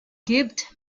gibt